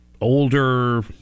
older